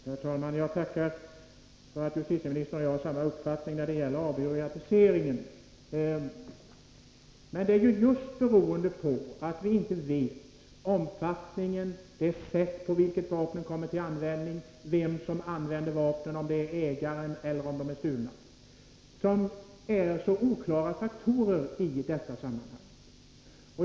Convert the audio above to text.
Herr talman! Jag tackar för att justitieministern och jag har samma uppfattning när det gäller avbyråkratiseringen. Men det är just det att vi inte känner till omfattningen, det sätt på vilket vapnen kommer till användning, vem som använder vapnen — om det är ägaren eller om de är stulna — som är så oklara faktorer i detta sammanhang.